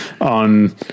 on